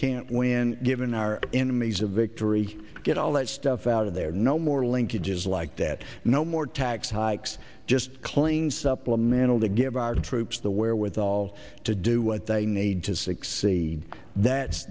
can't win given our enemies a victory get all that stuff out of there no more linkages like that no more tax hikes just clean supplemental to give our troops the wherewithal to do what they need to succeed that